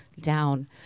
down